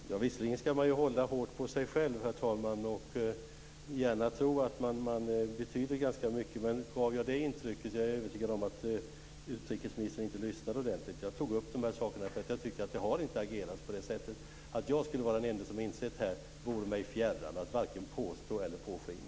Herr talman! Visserligen skall man hålla hårt på sig själv och gärna tro att man betyder ganska mycket. Men gav jag det intrycket är jag övertygad om att utrikesministern inte lyssnade ordentligt. Jag tog upp de här sakerna därför att jag tycker att man inte har agerat på det sättet. Att jag skulle vara den enda som har insett detta vore mig fjärran att påstå eller påskina.